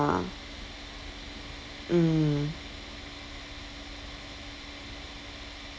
mm mm